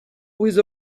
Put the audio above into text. with